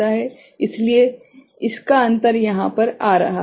इसलिए इसका अंतर यहाँ पर आ रहा है